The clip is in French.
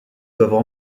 doivent